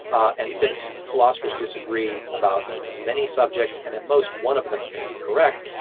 and since philosophers disagree about many subjects and at most one of them can be correct,